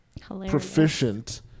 proficient